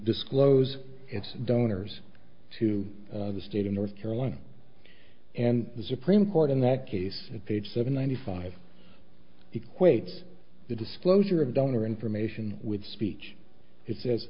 disclose its donors to the state of north carolina and the supreme court in that case page seven ninety five equates the disclosure of donor information with speech it says